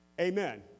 Amen